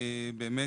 באמת,